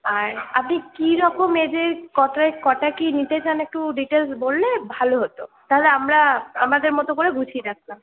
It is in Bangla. আর আপনি কীরকম এজের কটা কটা কী নিতে চান একটু ডিটেলস বললে ভালো হতো তাহলে আমরা আমাদের মতো করে গুছিয়ে রাখতাম